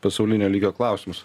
pasaulinio lygio klausimus